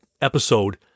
episode